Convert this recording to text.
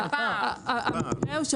זהו,